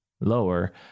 lower